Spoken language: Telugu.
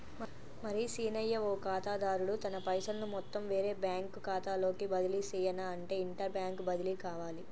మరి సీనయ్య ఓ ఖాతాదారుడు తన పైసలను మొత్తం వేరే బ్యాంకు ఖాతాలోకి బదిలీ సెయ్యనఅంటే ఇంటర్ బ్యాంక్ బదిలి కావాలి